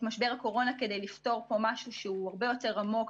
משבר הקורונה כדי לפתור פה משהו שהוא הרבה יותר עמוק,